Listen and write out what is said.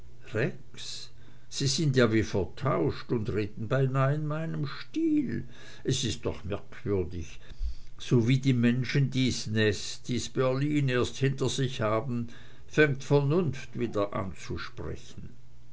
sie sind ja wie vertauscht und reden beinah in meinem stil es ist doch merkwürdig sowie die menschen dies nest dies berlin erst hinter sich haben fängt vernunft wieder an zu sprechen